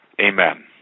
amen